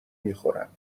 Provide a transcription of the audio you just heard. میخورم